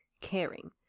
caring